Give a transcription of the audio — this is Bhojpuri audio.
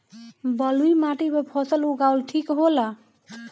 बलुई माटी पर फसल उगावल ठीक होला?